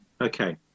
Okay